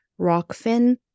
Rockfin